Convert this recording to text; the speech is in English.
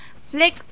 Flick